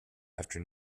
after